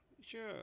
Sure